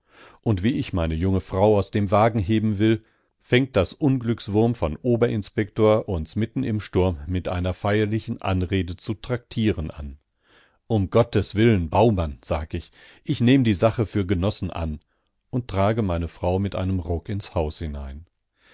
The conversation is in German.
und wie ich meine junge frau aus dem wagen heben will fängt das unglückswurm von oberinspektor uns mitten im sturm mit einer feierlichen anrede zu traktieren an um gottes willen baumann sag ich ich nehme die sache für genossen an und trage meine junge frau mit einem ruck ins haus hinein